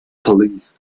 police